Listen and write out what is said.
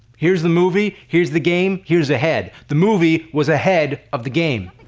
here's the movie, here's the game, here's the head. the movie was ahead of the game.